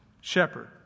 shepherd